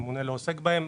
שהממונה לא עוסק בהם.